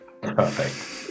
perfect